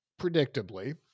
predictably